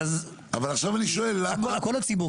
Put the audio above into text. עכשיו אני שואל למה --- הכל הציבור.